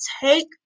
take